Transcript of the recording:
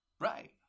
Right